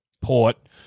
Port